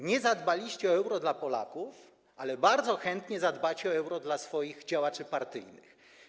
Nie zadbaliście o euro dla Polaków, ale bardzo chętnie zadbacie o euro dla swoich działaczy partyjnych.